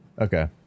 okay